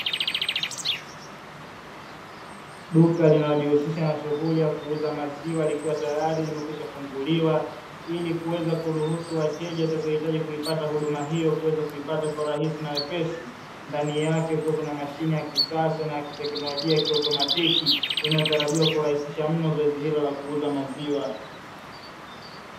Duka linajihusisha na shughuli ya kuuza maziwa likiwa tayari limekwisha funguliwa ili kuweza kuruhusu wateja watakao hitaji kuipata huduma hiyo kuweza kuipata kwa urahisi na wepesi. Ndani yake kuwe kuna mashine ya kisasa na ya kiteknolojia kioteknomatiki inayotarajiwa kurahisisha mno zoezi hilo la kuuza maziwa.